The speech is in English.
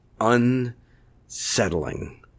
unsettling